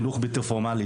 על החינוך הבלתי פורמאלי,